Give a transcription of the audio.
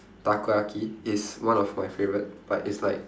takoyaki is one of my favourite but it's like